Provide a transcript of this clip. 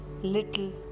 Little